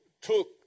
took